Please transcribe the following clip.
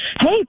Hey